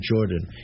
Jordan